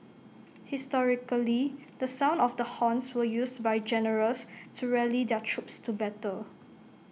historically the sound of the horns were used by generals to rally their troops to battle